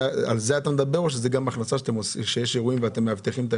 על זה אתה מדבר או שזאת הכנסה מאירועים אותם אתם מאבטחים?